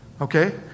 okay